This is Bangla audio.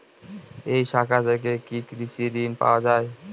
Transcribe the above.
এই শাখা থেকে কি কৃষি ঋণ পাওয়া যায়?